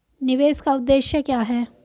निवेश का उद्देश्य क्या है?